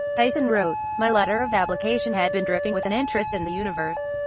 tyson wrote my letter of application had been dripping with an interest in the universe.